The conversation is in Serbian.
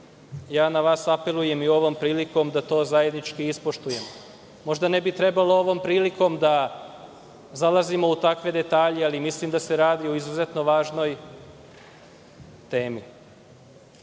ja na vas apelujem i ovom prilikom da to zajednički ispoštujemo. Možda ne bi trebali ovom prilikom da zalazimo u takve detalje, ali mislim da se radi o izuzetno važnoj temi. Kod